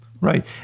Right